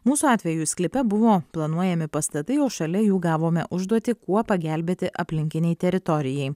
mūsų atveju sklype buvo planuojami pastatai o šalia jų gavome užduotį kuo pagelbėti aplinkinei teritorijai